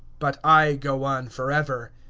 but i go on forever,